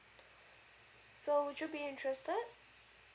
so would you be interested